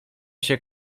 się